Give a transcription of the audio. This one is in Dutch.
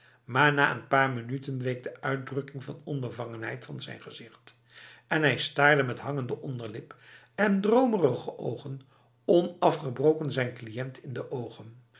maar na n paar minuten week de uitdrukking van onbevangenheid van zijn gezicht en hij staarde met hangende onderlip en dromerige ogen onafgebroken zijn cliënt in de ogen